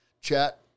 chat